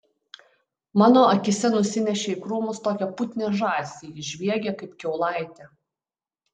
mano akyse nusinešė į krūmus tokią putnią žąsį ji žviegė kaip kiaulaitė